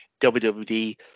WWE